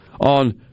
on